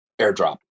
airdrop